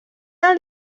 del